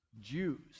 Jews